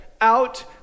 out